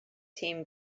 team